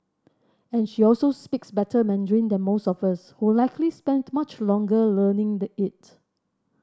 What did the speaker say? and she also speaks better Mandarin than most of us who likely spent much longer learning the it